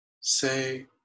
say